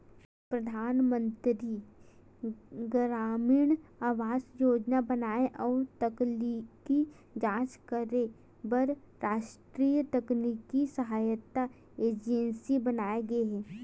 परधानमंतरी गरामीन आवास योजना बनाए अउ तकनीकी जांच करे बर रास्टीय तकनीकी सहायता एजेंसी बनाये गे हे